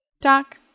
talk